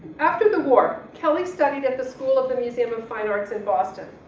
after the war kelly studied at the school of the museum of fine arts in boston,